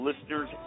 listeners